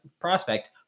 prospect